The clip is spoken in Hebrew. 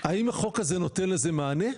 האם החוק הזה נותן לזה מענה?